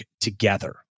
together